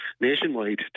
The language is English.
nationwide